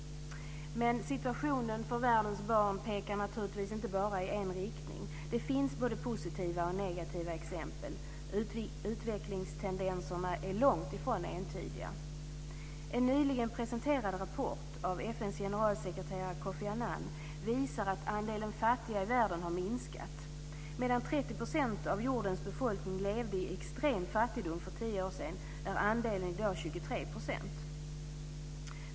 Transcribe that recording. Men situationen för världens barn pekar naturligtvis inte bara i en riktning. Det finns både positiva och negativa exempel. Utvecklingstendenserna är långt ifrån entydiga. En rapport som nyligen presenterades av FN:s generalsekreterare Kofi Annan visar att andelen fattiga i världen har minskat. Medan 30 % av jordens befolkning levde i extrem fattigdom för tio år sedan är andelen i dag 23 %.